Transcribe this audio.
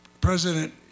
President